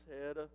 head